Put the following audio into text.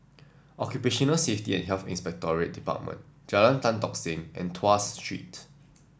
Occupational Safety and Health Inspectorate Department Jalan Tan Tock Seng and Tuas Street